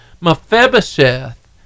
Mephibosheth